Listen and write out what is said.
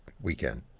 weekend